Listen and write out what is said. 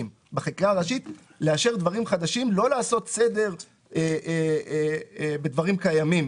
בחקיקה ראשית ולא לעשות סדר בדברים קיימים.